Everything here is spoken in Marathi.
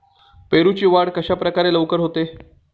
पेरूची वाढ कशाप्रकारे लवकर होते?